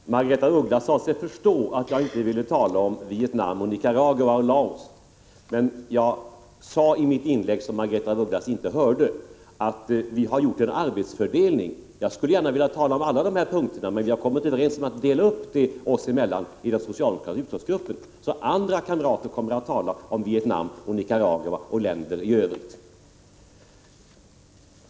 Fru talman! Margaretha af Ugglas sade sig förstå att jag inte ville tala om Vietnam, Nicaragua och Laos. Men jag sade inledningsvis, som af Ugglas inte hörde, att vi har gjort en arbetsfördelning. Jag skulle kunna tala om alla dessa punkter, men vi har kommit överens om en uppdelning i den socialdemokratiska utskottsgruppen. Så andra kamrater kommer att tala om Vietnam, Nicaragua och länder i övrigt.